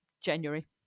January